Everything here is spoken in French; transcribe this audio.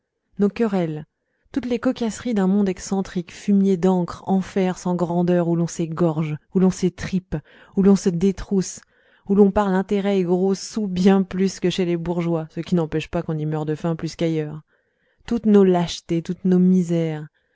nos querelles toutes les cocasseries d'un monde excentrique fumier d'encre enfer sans grandeur où l'on s'égorge où l'on s'étripe où l'on se détrousse où l'on parle intérêts et gros sous bien plus que chez les bourgeois ce qui n'empêche pas qu'on y meure de faim plus qu'ailleurs toutes nos lâchetés toutes nos misères